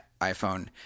iphone